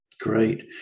Great